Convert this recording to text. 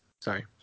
Sorry